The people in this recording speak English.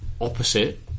opposite